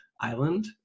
island